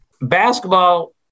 Basketball